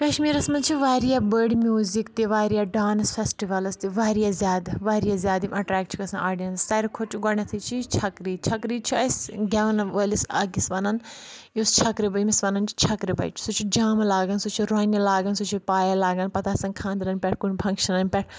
کشمیٖرَس منز چھُ واریاہ بٕڑۍ میوٗزِک تہِ واریاہ ڈانس فیٚسٹِوَلٕز تہِ واریاہ زیادٕ واریاہ زیادٕ ایٹریکٹ چھ گَژھان آڈِیَنس ساروی کھۄتہٕ چھُ گۄ نیتھٕے چھُ چھکَری چھکری چھُ اَسِہ گٮ۪ونہٕ وٲلِس أکِس وَنان یُس چھَکرِ أمِس ونان چھِ چھکرِ بَچہِ سُہ چھُ جامہٕ لاگان سُہ چھُ رۄنہِ لاگان سُہ چھُ پایل لاگان پَتہٕ آسان خاندرَن پؠٹھ کُنہِ فَنگشَنن پؠٹھ